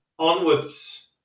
onwards